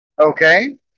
Okay